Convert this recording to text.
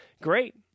Great